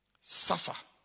Suffer